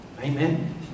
Amen